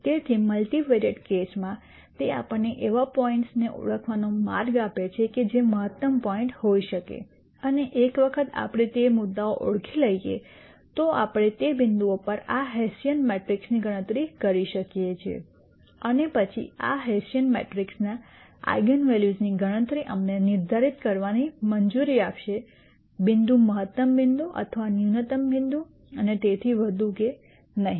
તેથી મલ્ટિવેરિયેટ કેસમાં તે આપણને એવા પોઇન્ટ્સને ઓળખવાનો માર્ગ આપે છે કે જે મહત્તમ પોઇન્ટ હોઈ શકે અને એક વખત આપણે તે મુદ્દાઓ ઓળખી લઈએ તો આપણે તે બિંદુઓ પર આ હેસિયન મેટ્રિક્સની ગણતરી કરી શકીએ છીએ અને પછી આ હેસિયન મેટ્રિક્સના આઇગન વૅલ્યુઝ ની ગણતરી અમને નિર્ધારિત કરવાની મંજૂરી આપશે બિંદુ મહત્તમ બિંદુ અથવા ન્યૂનતમ બિંદુ અને તેથી વધુ કે નહી